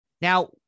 Now